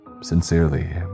Sincerely